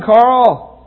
Carl